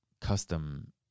custom